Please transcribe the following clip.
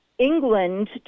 England